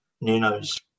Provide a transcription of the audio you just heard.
Nuno's